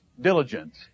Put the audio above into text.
diligence